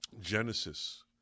Genesis